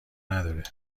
نداره